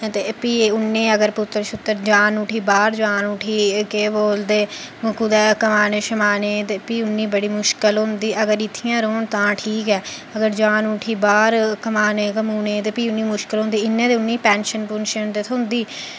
फ्ही उं'दे अगर पुत्तर शुत्तर जान उठी बाहर जान उठी केह् बोलदे कुतै कमाने शमाने गी ते फ्ही उ'नें गी बड़ी मुश्कल होंदी अगर किट्ठियां रौह्न तां ठीक ऐ अगर जान उठी बाहर कमाने शमाने गी फ्ही उ'नें गी मुश्कल होंदी इयां ते उनें गी पैंशन पुंशन ते थ्होंदी